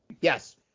yes